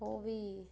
ओह् बी